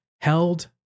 held